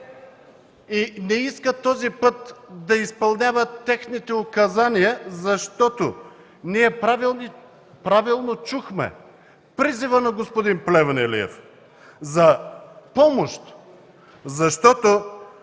не иска този път да изпълнява техните указания, защото ние правилно чухме призивът на господин Плевнелиев за помощ, защото